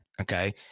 Okay